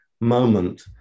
moment